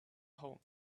home